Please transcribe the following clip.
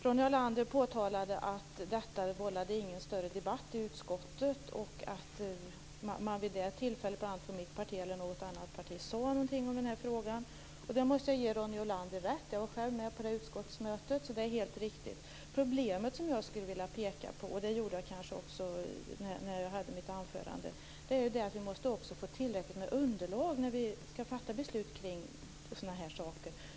Ronny Olander påtalade att detta inte vållade någon större debatt i utskottet och att man vid det tillfället vare sig från mitt parti eller något annat parti sade någonting om den här frågan. Där måste jag ge Ronny Olander rätt. Jag var själv med på det utskottsmötet, så jag vet att det är helt riktigt. Problemet som jag skulle vilja peka på, och det gjorde jag kanske också när jag höll mitt anförande, är att vi måste få tillräckligt underlag när vi skall fatta beslut om sådana här saker.